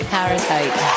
Parasite